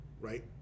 Right